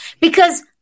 because-